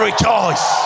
Rejoice